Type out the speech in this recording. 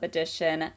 Edition